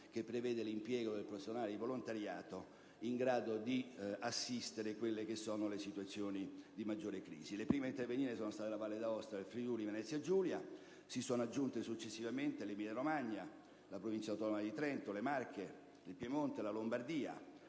che prevede l'impiego di personale di volontariato in grado di prestare assistenza in ordine alle situazioni di maggiore crisi. Le prime a intervenire sono state la Valle d'Aosta e il Friuli-Venezia Giulia; si sono aggiunte successivamente l'Emilia-Romagna, la Provincia Autonoma di Trento, le Marche, il Piemonte, la Lombardia.